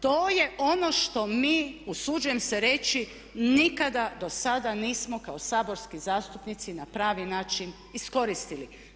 To je ono što mi usuđujem se reći nikada dosada nismo kao saborski zastupnici na pravi način iskoristili.